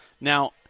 Now